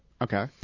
Okay